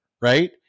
right